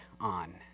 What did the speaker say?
on